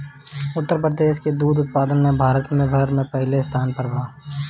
उत्तर प्रदेश दूध के उत्पादन में भारत भर में पहिले स्थान पर बा